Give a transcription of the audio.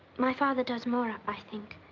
my father does more, i think.